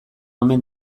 omen